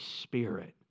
Spirit